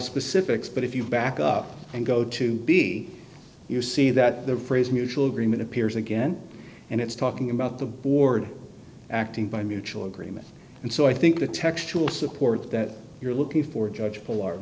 specifics but if you back up and go to be you see that the phrase mutual agreement appears again and it's talking about the board acting by mutual agreement and so i think the textual support that you're looking for judge for